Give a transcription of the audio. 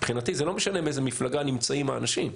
מבחינתי זה לא משנה באיזו מפלגה נמצאים האנשים,